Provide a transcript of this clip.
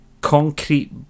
concrete